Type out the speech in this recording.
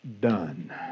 done